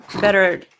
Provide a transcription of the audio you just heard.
better